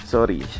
Sorry